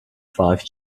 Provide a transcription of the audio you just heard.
five